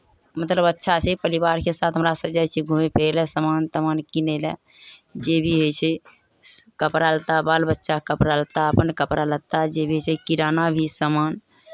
मतलब अच्छा छै परिवारके साथ मतलब हमरासभ जाइ छियै घूमय फिरय लेल सामान तामान कीनय लेल जे भी होइ छै कपड़ा लत्ता बाल बच्चाके कपड़ा लत्ता अपन कपड़ा लत्ता जे भी छै किराना भी सामान